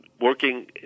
working